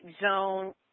zone